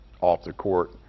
off-the-court